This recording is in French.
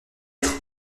être